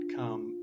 come